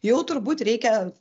jau turbūt reikia